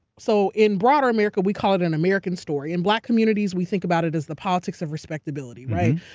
so in broader america, we call it an american story. in black communities, we think about it as the politics of respectability, right?